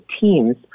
teams